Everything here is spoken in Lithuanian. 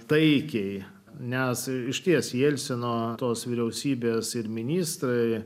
taikiai nes išties jelcino tos vyriausybės ir ministrai